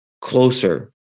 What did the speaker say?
closer